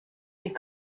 est